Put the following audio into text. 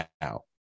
now